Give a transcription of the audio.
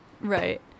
Right